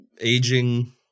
Aging